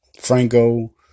Franco